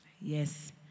Yes